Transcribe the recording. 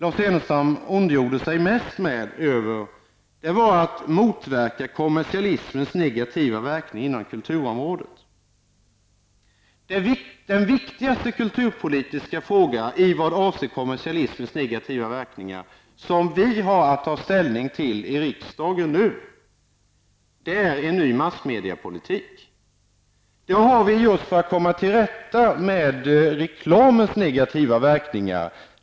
Lars Ernestam ondgjorde sig mest över det tredje kulturpolitiska målet, som innebär att kommersialismens negativa verkningar inom kulturområdet skall motverkas. Den viktigaste kulturpolitiska fråga i vad avser kommersialismens negativa verkningar, som vi här i kammaren nu har att ta ställning till är en ny massmediepolitik. En sådan skall införas just för att man skall komma till rätta med reklamens negativa verkningar.